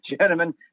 gentlemen